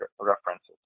references